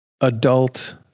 adult